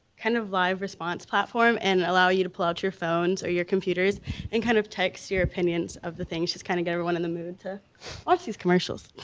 kind of live response platform and allow you to pull out your phones or your computers and kind of text your opinions of the things just kind of get everyone in the mood to watch these commercials.